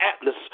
atlas